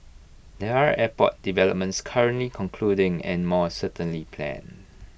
there are airport developments currently concluding and more certainly planned